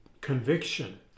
conviction